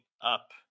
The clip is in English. up